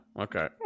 Okay